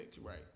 Right